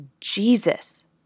Jesus